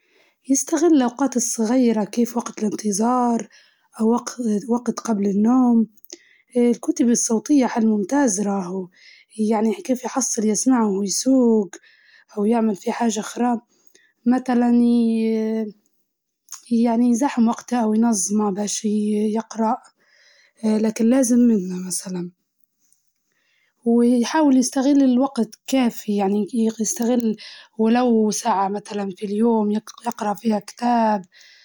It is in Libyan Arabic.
يستغل الأوجات الفاضية الصغيرة، زي مثلا وقت جاعد يستنى أو وجت جبل النوم، وحتى الكتب الصوتية حلو كويس يجدر يسمعها وهو جاعد يسوج، أو هو في العمل، أو يدير في أي حاجة تانية.